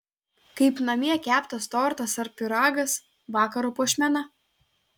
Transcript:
kaip namie keptas tortas ar pyragas vakaro puošmena